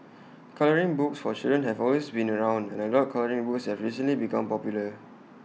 colouring books for children have always been around and adult colouring books have recently become popular